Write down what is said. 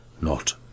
Not